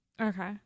Okay